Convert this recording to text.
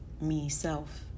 me-self